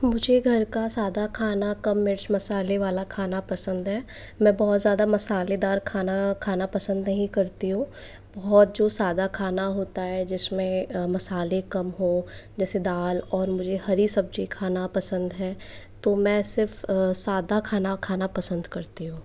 मुझे घर का सादा खाना कम मिर्च मसाले वाला खाना पसंद है मैं बहुत ज़्यादा मसालेदार खाना खाना पसंद नहीं करती हूँ बहुत जो सादा खाना होता है जिसमें मसाले कम हो जैसे दाल और मुझे हरी सब्जी खाना पसंद है तो मैं सिर्फ सादा खाना खाना पसंद करती हूँ